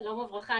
שלום וברכה,